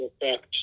effect